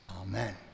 Amen